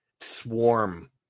swarm